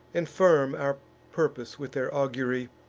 and firm our purpose with their augury!